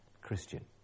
Christian